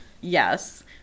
Yes